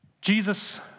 Jesus